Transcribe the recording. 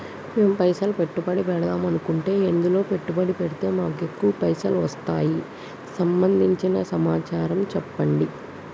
మేము పైసలు పెట్టుబడి పెడదాం అనుకుంటే ఎందులో పెట్టుబడి పెడితే మాకు ఎక్కువ పైసలు వస్తాయి సంబంధించిన సమాచారం చెప్పండి?